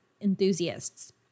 enthusiasts